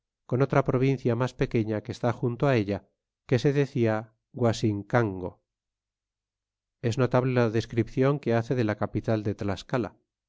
con otra provincia mas pequeña que está junto élla que se decia guasincango es notable la descripcion que hace de la capital de tlascala